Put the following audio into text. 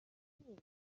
منزوین